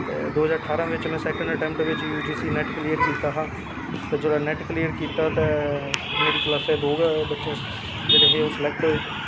ते दो हजार अठारां बिच U G C net clear कीता हा ते जिसलै नेट क्लियर कीता हा मेरी क्लासा दे दो गै बच्चे हे जे्ह्ड़े स्लैक्ट होए